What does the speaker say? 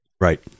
Right